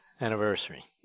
anniversary